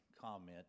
comment